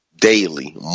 daily